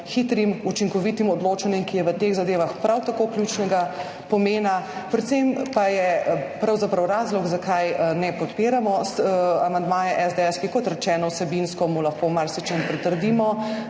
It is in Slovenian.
hitrim, učinkovitim odločanjem, ki je v teh zadevah prav tako ključnega pomena. Predvsem pa je pravzaprav razlog, zakaj ne podpiramo amandmaja SDS, ki, kot rečeno, mu vsebinsko lahko v marsičem pritrdimo,